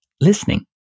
listening